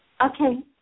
Okay